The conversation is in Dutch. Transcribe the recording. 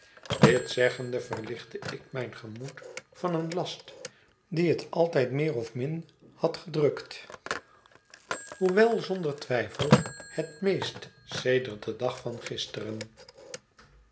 dit zeggende verlichtte ik mijn gemoed van een last die het altijd meer of min had gedrukt hoewel zonder twijfelhet meest sedert den dag van gisteren